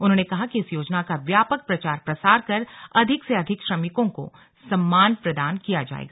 उन्होंने कहा की इस योजना का व्यापक प्रचार प्रसार कर अधिक से अधिक श्रमिकों को सम्मान प्रदान किया जायेगा